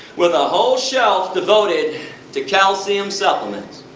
with a whole shelf devoted to calcium supplements.